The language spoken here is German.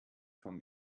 vom